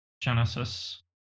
Genesis